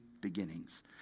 beginnings